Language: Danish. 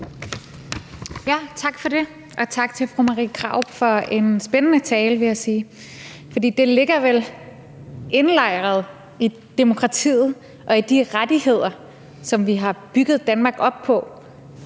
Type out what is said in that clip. Tak for det. Og tak til fru Marie Krarup for en spændende tale, vil jeg sige. For det ligger vel indlejret i demokratiet og i de rettigheder, som vi har bygget Danmark op på,